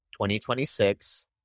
2026